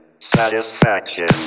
Satisfaction